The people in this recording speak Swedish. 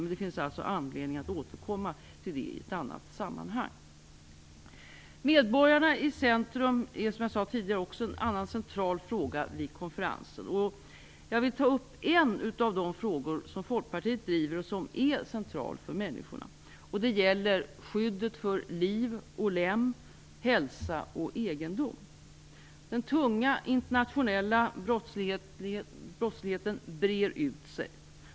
Men det finns alltså anledning att återkomma till frågan i ett annat sammanhang. Medborgarna i centrum är som jag tidigare sade en annan central fråga vid konferensen. Jag vill ta upp en av de frågor som Folkpartiet driver och som är central för människorna. Det gäller skyddet för liv och lem, hälsa och egendom. Den tunga internationella brottsligheten breder ut sig.